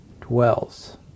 dwells